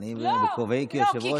אבל אני בכובעי כיושב-ראש משתדל להישאר,